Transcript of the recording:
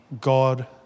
God